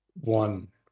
one